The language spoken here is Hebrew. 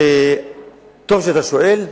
טוב שאתה שואל,